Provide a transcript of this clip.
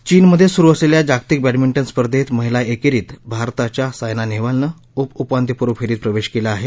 चीनमधे सुरु असलेल्या जागतिक बॅडमींटन स्पर्धेत महिला एकेरीत भारताच्या सायना नेहवालनं उप उपांत्यपूर्व फेरीत प्रवेश केला आहे